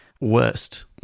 Worst